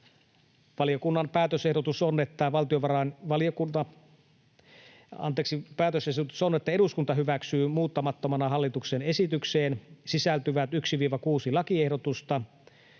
Valiokunnan päätösehdotus on, että eduskunta hyväksyy muuttamattomana hallituksen esitykseen sisältyvät 1.—6. lakiehdotuksen.